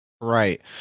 Right